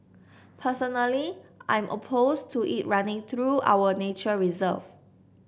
personally I'm opposed to it running through our nature reserve